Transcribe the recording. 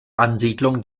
ansiedlung